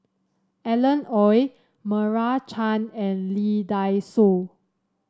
Alan Oei Meira Chand and Lee Dai Soh